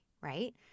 right